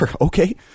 Okay